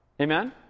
Amen